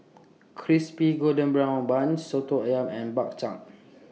Crispy Golden Brown Bun Soto Ayam and Bak Chang